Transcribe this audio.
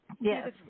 Yes